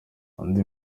andy